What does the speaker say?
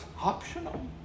optional